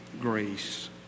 grace